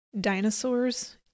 Dinosaurs